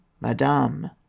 madame